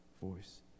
voice